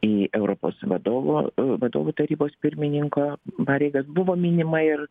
į europos vadovo vadovų tarybos pirmininko pareigas buvo minima ir